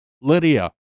Lydia